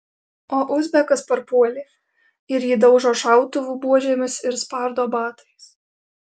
o uzbekas parpuolė ir jį daužo šautuvų buožėmis ir spardo batais